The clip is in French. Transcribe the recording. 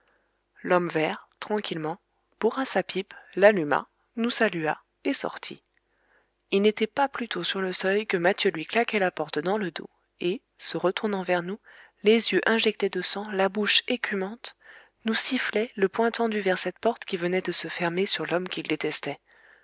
l'homme vert tranquillement bourra sa pipe l'alluma nous salua et sortit il n'était pas plutôt sur le seuil que mathieu lui claquait la porte dans le dos et se retournant vers nous les yeux injectés de sang la bouche écumante nous sifflait le poing tendu vers cette porte qui venait de se fermer sur l'homme qu'il détestait